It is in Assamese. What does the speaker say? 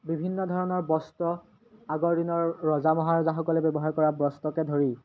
বিভিন্ন ধৰণৰ বস্ত্ৰ আগৰ দিনৰ ৰজা মহাৰজাসকলে ব্যৱহাৰ কৰা বস্ত্ৰকে ধৰি